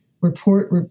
report